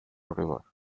river